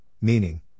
meaning